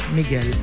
Miguel